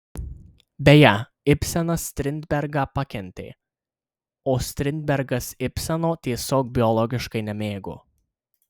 beje ibsenas strindbergą pakentė o strindbergas ibseno tiesiog biologiškai nemėgo